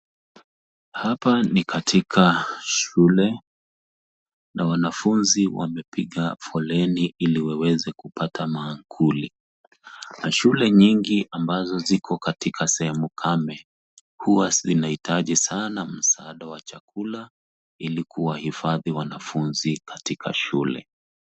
Hapa ni katika shule na wanafunzi wamepiga foleni ili waweze kupata maankuli. Mashule nyingi ambazo ziko katika sehemu kame huwa zinahitaji sana msaada wa chakula ili kuwahifadhi wanafunzi katika shule.